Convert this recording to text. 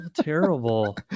terrible